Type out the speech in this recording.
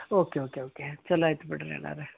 okay okay okay ಚಲೋ ಆಯ್ತು ಬಿಡಿರಿ ಅಣ್ಣಾವ್ರೇ